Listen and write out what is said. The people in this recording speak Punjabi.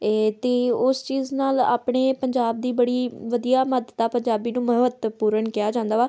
ਇਹ ਅਤੇ ਉਸ ਚੀਜ਼ ਨਾਲ ਆਪਣੇ ਪੰਜਾਬ ਦੀ ਬੜੀ ਵਧੀਆ ਮਹੱਤਤਾ ਪੰਜਾਬੀ ਨੂੰ ਮਹੱਤਵਪੂਰਨ ਕਿਹਾ ਜਾਂਦਾ ਵਾ